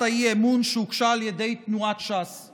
האי-אמון שהוגשה על ידי תנועת ש"ס,